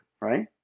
right